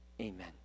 Amen